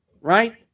Right